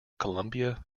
colombia